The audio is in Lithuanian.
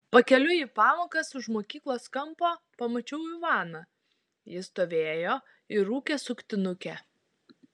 pakeliui į pamokas už mokyklos kampo pamačiau ivaną jis stovėjo ir rūkė suktinukę